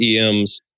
EMs